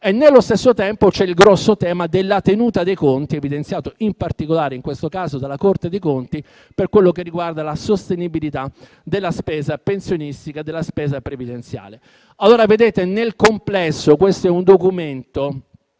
Nello stesso tempo, c'è il grande tema della tenuta dei conti, evidenziato in particolare - in questo caso - dalla Corte dei conti per quanto riguarda la sostenibilità della spesa pensionistica e previdenziale. Nel complesso, questo è un documento